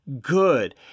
good